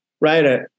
right